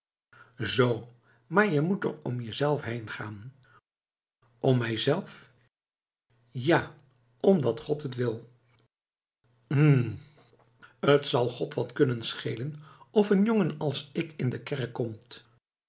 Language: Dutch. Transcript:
zoo maar je moet er om je zelf heen gaan om mij zelf ja omdat god t wil hm t zal god wat kunnen schelen of een jongen als ik in de kerk komt